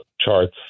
charts